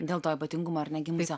dėl to ypatingumo ar ne gimusio